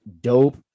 dope